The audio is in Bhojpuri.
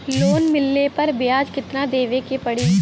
लोन मिलले पर ब्याज कितनादेवे के पड़ी?